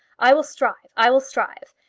i will strive i will strive.